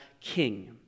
king